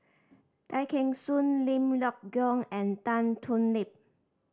Tay Kheng Soon Lim Leong Geok and Tan Thoon Lip